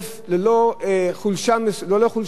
ללא חולשה,